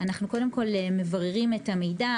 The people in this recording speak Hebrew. אנחנו קודם כל מבררים את המידע,